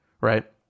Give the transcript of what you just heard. right